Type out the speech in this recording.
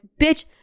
bitch